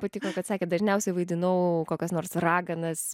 patiko kad sakėt dažniausiai vaidinau kokias nors raganas